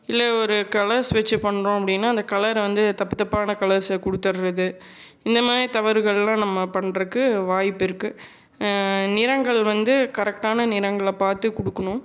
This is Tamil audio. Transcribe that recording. இல்லை ஒரு கலர்ஸ் வச்சு பண்ணுறோம் அப்படினா அந்த கலரை வந்து தப்பு தப்பான கலர்ஸை குடுத்துறது இந்த மாதிரி தவறுகள்லாம் நம்ம பண்றதுக்கு வாய்ப்பு இருக்குது நிறங்கள் வந்து கரெக்டான நிறங்களை பார்த்து கொடுக்குணும்